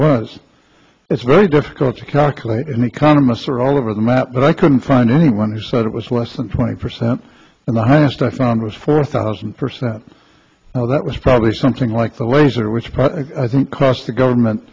was it's very difficult to calculate and economists are all over the map but i couldn't find anyone who said it was less than twenty percent and the highest i found was four thousand percent now that was probably something like the laser which part i think cost the government